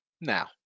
Now